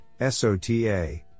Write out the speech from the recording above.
sota